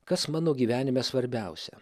kas mano gyvenime svarbiausia